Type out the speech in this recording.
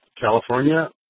California